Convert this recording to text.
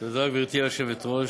תודה, גברתי היושבת-ראש,